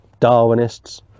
darwinists